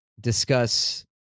discuss